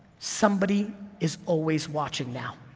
somebody is always watching now.